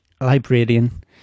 librarian